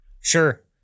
Sure